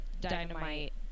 dynamite